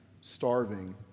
starving